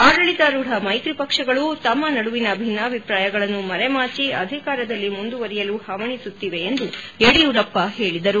ಆಡಳಿತಾರೂಢ ಮೈತ್ರಿ ಪಕ್ಷಗಳು ತಮ್ಮ ನಡುವಿನ ಭಿನ್ನಾಭಿಪ್ರಾಯಗಳನ್ನು ಮರೆಮಾಚಿ ಅಧಿಕಾರದಲ್ಲಿ ಮುಂದುವರೆಯಲು ಹವಣಿಸುತ್ತಿವೆ ಎಂದು ಯಡಿಯೂರಪ್ಪ ಹೇಳದರು